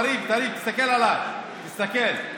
תרים, תרים, תסתכל עליי.